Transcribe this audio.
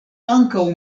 ankaŭ